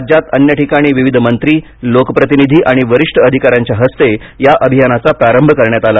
राज्यात अन्य ठिकाणी विविध मंत्री लोकप्रतिनिधी आणि वरीष्ठ अधिकाऱ्यांच्या हस्ते या अभियानाचा प्रारंभ करण्यात आला